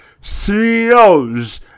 CEOs